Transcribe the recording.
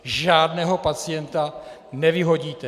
Žádného pacienta nevyhodíte.